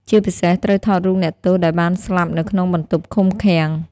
ជាពិសេសត្រូវថតរូបអ្នកទោសដែលបានស្លាប់នៅក្នុងបន្ទប់ឃុំឃាំង។